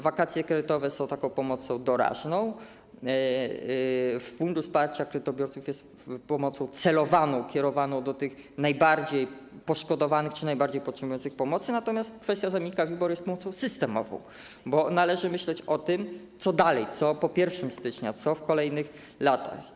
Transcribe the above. Wakacje kredytowe są pomocą doraźną, Fundusz Wsparcia Kredytobiorców jest pomocą celowaną, kierowaną do najbardziej poszkodowanych czy najbardziej potrzebujących pomocy, natomiast kwestia zamiennika WIBOR jest pomocą systemową, bo należy myśleć o tym, co dalej, co po 1 stycznia, co w kolejnych latach.